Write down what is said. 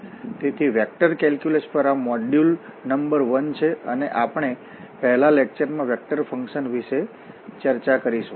તેથી vector calculus પર આ મોડ્યુલ નંબર 1 છે અને આપણે પહેલા લેક્ચર માં વેક્ટર ફંકશન વિશે ચર્ચા કરિશુ